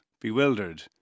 Bewildered